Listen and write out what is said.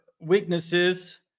weaknesses